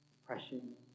depression